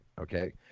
okay